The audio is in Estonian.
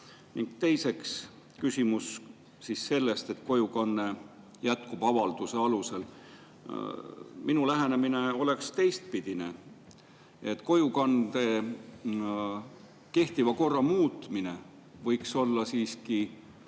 Teiseks, küsimus selle kohta, et kojukanne jätkub avalduse alusel. Minu lähenemine oleks teistpidine: kojukande kehtiva korra muutmine võiks olla siiski